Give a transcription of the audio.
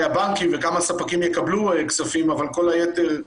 הבנקים וכמה ספקים יקבלו כסף אבל כל היתר,